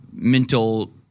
Mental